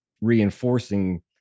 reinforcing